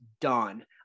done